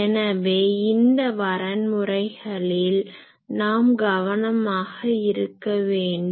எனவே இந்த வரன்முறைகளில் நாம் கவனமாக இருக்க வேண்டும்